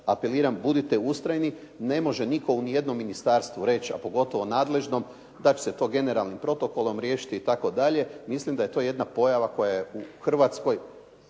apeliram, budite ustrajni. Ne može nitko u nijednom ministarstvu reći, a pogotovo nadležnom da će se to generalnim protokolom riješiti itd. Mislim da je to jedna pojava koja je u Hrvatskoj